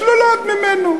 שלולות ממנו.